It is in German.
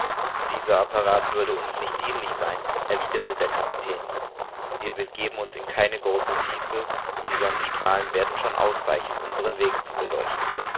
dieser apparat würde uns nicht dienlich sein erwiderte der kapitän wir begeben uns in keine große tiefe und die sonnenstrahlen werden schon ausreichen unseren weg zu beleuchten